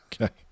Okay